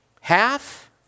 Half